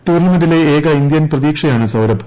ടൂർണമെന്റിലെ ഏക ഇന്ത്യൻ പ്രതീക്ഷയാണ് സൌരഭ്